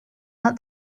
out